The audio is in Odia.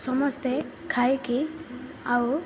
ସମସ୍ତେ ଖାଇକି ଆଉ